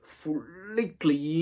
fully